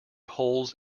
holes